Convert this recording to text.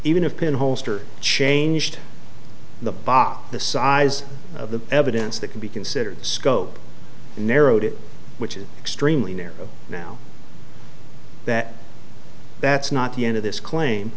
even if pin holster changed the box the size of the evidence that could be considered the scope narrowed it which is extremely narrow now that that's not the end of this claim